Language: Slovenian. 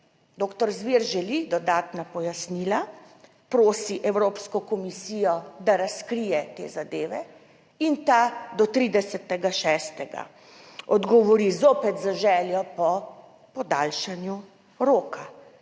Zver želi dodatna pojasnila, prosi Evropsko komisijo, da razkrije te zadeve in ta do 30. 6. odgovori zopet z željo po podaljšanju roka.